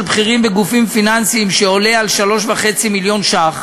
בכירים בגופים פיננסיים שעולה על 3.5 מיליון ש"ח